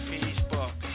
Facebook